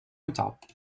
متعب